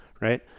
right